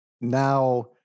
now